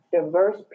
diverse